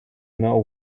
know